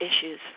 issues